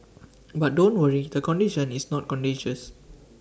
but don't worry the condition is not contagious